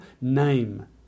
Name